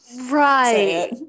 Right